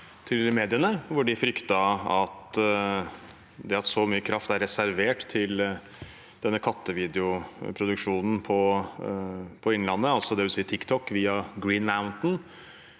at det at så mye kraft er reservert til denne kattevideoproduksjonen på Innlandet, dvs. TikTok via Green Mountain,